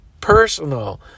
personal